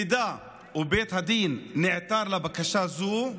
אם בית הדין נעתר לבקשה זו,